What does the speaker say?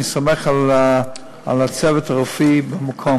אני סומך על הצוות הרפואי במקום.